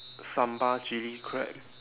sambal chilli crab